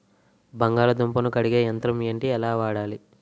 బంగాళదుంప ను కడిగే యంత్రం ఏంటి? ఎలా వాడాలి?